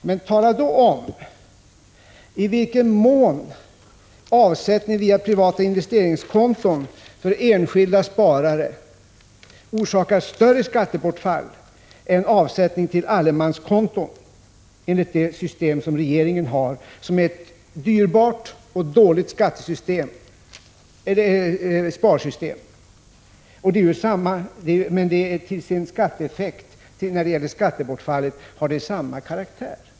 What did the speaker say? Men tala då om i vilken mån avsättningar till privata investeringskonton för enskilda sparare skulle orsaka större skattebortfall än avsättning till allemanskonton enligt det system som regeringen infört och som är ett dyrbart och dåligt sparsystem. När det gäller skattebortfallet har de båda systemen samma effekt.